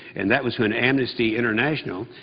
and that was when amnesty international,